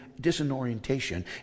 disorientation